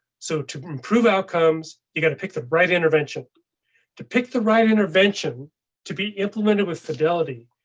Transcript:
so to improve outcomes, you gotta pick the right intervention to pick the right intervention to be implemented. with fidelity,